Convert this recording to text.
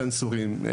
סנסורים,